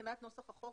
מבחינת נוסח החוק,